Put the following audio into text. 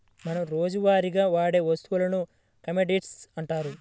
మనం రోజువారీగా వాడే వస్తువులను కమోడిటీస్ అంటారు